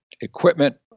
equipment